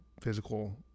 physical